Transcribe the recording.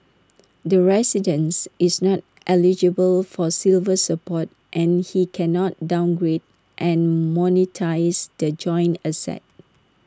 the residents is not eligible for silver support and he cannot downgrade and monetise the joint asset